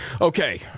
Okay